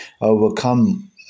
overcome